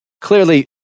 clearly